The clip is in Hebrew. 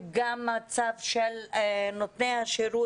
וגם אחר מצבם של נותני השירות,